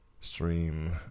Stream